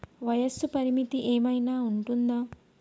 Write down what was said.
వయస్సు పరిమితి ఏమైనా ఉంటుందా?